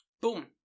boom